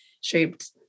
shaped